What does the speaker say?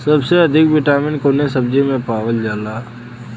सबसे अधिक विटामिन कवने सब्जी में पावल जाला?